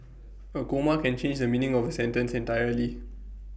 A comma can change the meaning of A sentence entirely